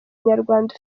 nyarwanda